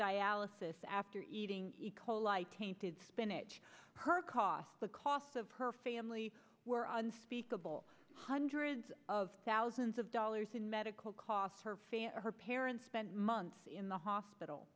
dialysis after eating eco light tainted spinach her costs the cost of her family were unspeakable hundreds of thousands of dollars in medical cost her her parents spent months in the hospital